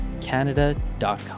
Canada.com